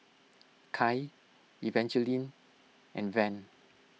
Kai Evangeline and Van